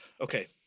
Okay